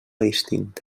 distinta